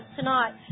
tonight